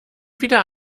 wieder